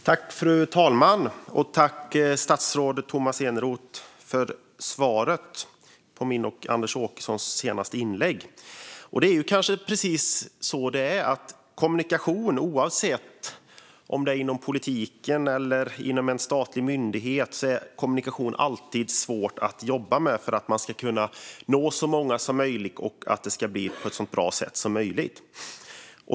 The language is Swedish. Fru talman! Tack, statsrådet Tomas Eneroth, för svaret på de senaste inläggen från mig och Anders Åkesson! Det är kanske precis så: Oavsett om kommunikation sker inom politiken eller inom en statlig myndighet är den alltid svår att jobba med om man ska kunna nå så många som möjligt och om det ska bli så bra som möjligt.